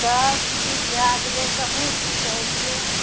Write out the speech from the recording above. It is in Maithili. सबचीज भए गेलै कहू की कहै छिऐ